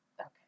Okay